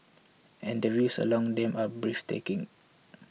and the views along them are breathtaking